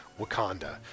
Wakanda